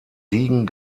siegen